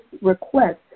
request